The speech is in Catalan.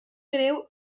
greu